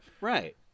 Right